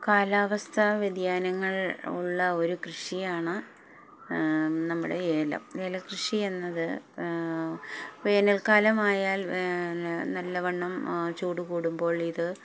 കാലാവസ്ഥ വ്യതിയാനങ്ങളുള്ള ഒരു കൃഷിയാണ് നമ്മുടെ ഏലം ഏലക്കൃഷിയെന്നത് വേനൽക്കാലമായാൽ നല്ലവണ്ണം ചൂട് കൂടുമ്പോൾ ഇത്